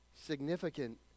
significant